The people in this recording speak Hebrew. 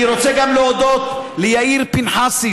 אני רוצה להודות גם ליאיר פנחסי,